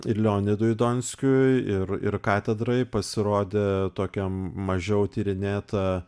ir leonidui donskiui ir ir katedrai pasirodė tokia mažiau tyrinėta